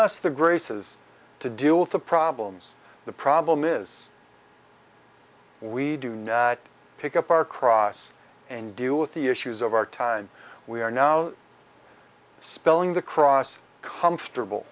us the graces to do with the problems the problem is we do not pick up our cross and deal with the issues of our time we are now spelling the cross comfortable